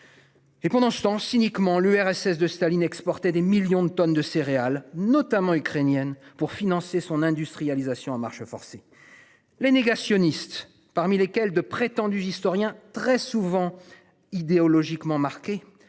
Et pendant ce temps cyniquement l'URSS de Staline exporter des millions de tonnes de céréales notamment ukrainienne pour financer son industrialisation à marche forcée. Les négationnistes, parmi lesquels de prétendus historiens très souvent idéologiquement marquée